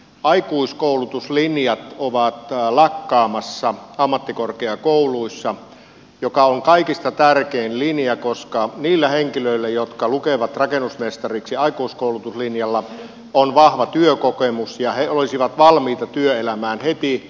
aikuiskoulutuslinjat ovat lakkaamassa ammattikorkeakouluissa ja se on kaikista tärkein linja koska niillä henkilöillä jotka lukevat rakennusmestariksi aikuiskoulutuslinjalla on vahva työkokemus ja he olisivat valmiita työelämään heti